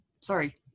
sorry